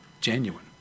genuine